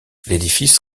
l’édifice